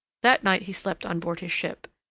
that night he slept on board his ship,